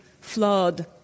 flood